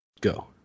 Go